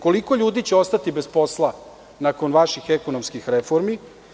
Koliko ljudi će ostati bez posla nakon vaših ekonomskih reformi?